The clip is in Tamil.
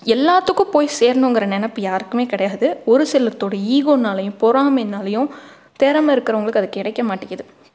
எல்லாத்துக்கும் போய் சேரனுங்கிற நினப்பு யாருக்குமே கிடையாது ஒரு சிலர்தோட ஈகோனாலயும் பொறாமைனாலயும் திறம இருக்கிறவங்களுக்கு அது கிடைக்க மாட்டேகுது